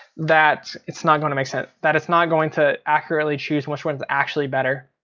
that it's not gonna make sense, that it's not going to accurately choose which one is actually better.